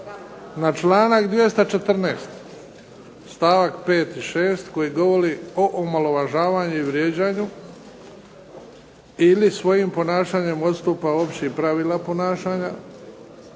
na članak 214. stavak 5. i 6. koji govori o omalovažavanju i vrijeđanju ili svojim ponašanjem odstupa općih pravila ponašanja.